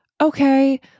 okay